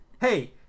hey